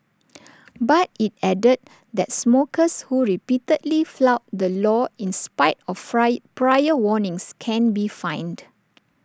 but IT added that smokers who repeatedly flout the law in spite of fry prior warnings can be fined